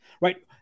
Right